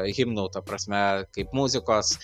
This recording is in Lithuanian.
himnų ta prasme kaip muzikos